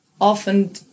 often